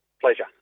Pleasure